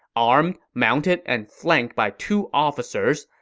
armed, mounted, and flanked by two officers,